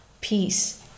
peace